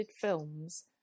films